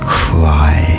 cry